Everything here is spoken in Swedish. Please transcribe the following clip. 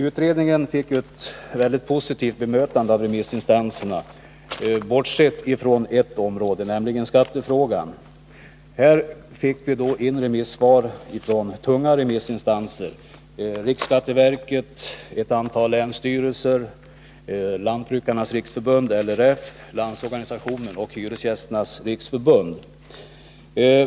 Utredningens betänkande fick utom i ett avseende, nämligen i skattefrågan, ett mycket positivt bemötande av remissinstanserna. Vi fick in svar från tunga remissinstanser: riksskatteverket, ett antal länsstyrelser, Lantbrukarnas riksförbund , Landsorganisationen och Hyresgästernas riksförbund.